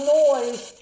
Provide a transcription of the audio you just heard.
noise